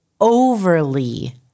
overly